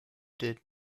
did